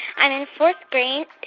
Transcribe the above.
i'm in fourth grade.